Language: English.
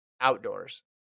outdoors